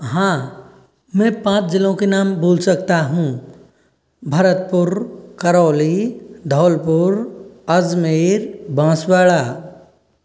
हाँ मैं पाँच ज़िलों के नाम बोल सकता हूँ भरतपुर खरौली धौलपुर अजजमेर बाँसवाड़ा